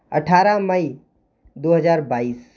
अट्ठारह मई दो हज़ार बाईस